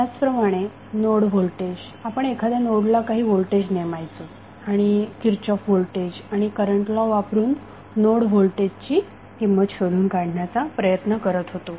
त्याचप्रमाणे node voltage आपण एखाद्या नोडला काही व्होल्टेज नेमायचो आणि किरचॉफ व्होल्टेज आणि करंट लॉ वापरून नोड व्होल्टेजची किंमत शोधून काढण्याचा प्रयत्न करत होतो